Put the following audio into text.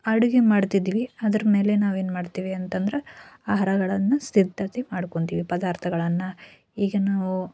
ಅಡಿಗೆ ಮಾಡ್ತಿದ್ವಿ ಅದ್ರ ಮೇಲೆ ನಾವೇನು ಮಾಡ್ತೇವೆ ಅಂತಂದ್ರೆ ಆಹಾರಗಳನ್ನು ಸಿದ್ಧತೆ ಮಾಡ್ಕೋತೀವಿ ಪದಾರ್ಥಗಳನ್ನು ಈಗ ನಾವು